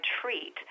treat